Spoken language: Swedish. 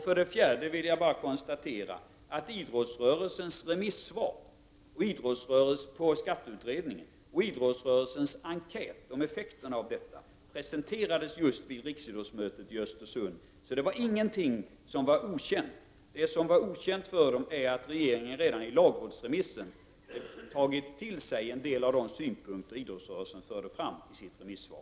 För det fjärde kan jag konstatera att idrottsrörelsens remissvar på skatteutredningen, och idrottsrörelsens enkät om effekterna av den, presenterades just vid riksidrottsmötet i Östersund. Det var inte något som var okänt. Det som var okänt var att regeringen redan i lagrådsremissen tagit till sig en del av de synpunkter som idrottsrörelsen förde fram i sitt remissvar.